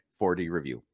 4DReview